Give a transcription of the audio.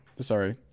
sorry